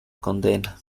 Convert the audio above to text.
condena